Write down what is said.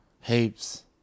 Heaps